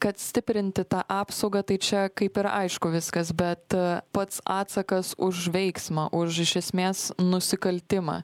kad stiprinti tą apsaugą tai čia kaip ir aišku viskas bet pats atsakas už veiksmą už iš esmės nusikaltimą